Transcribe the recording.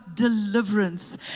deliverance